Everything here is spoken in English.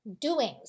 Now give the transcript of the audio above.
doings